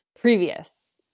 previous